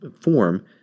form